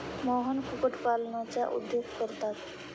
मोहन कुक्कुटपालनाचा उद्योग करतात